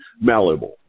malleable